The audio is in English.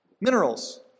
Minerals